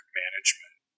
management